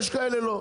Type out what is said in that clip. יש כאלה לא,